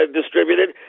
distributed